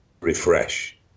refresh